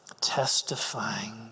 testifying